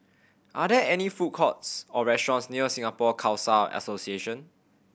are there any food courts or restaurants near Singapore Khalsa Association